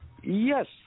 Yes